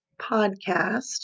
podcast